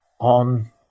on